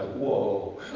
whoa.